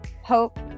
hope